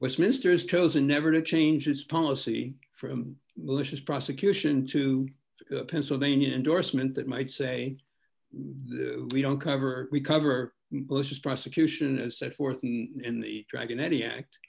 which ministers chosen never to change its policy from militias prosecution to pennsylvania endorsement that might say we don't cover we cover bush's prosecution as set forth in the dragon any act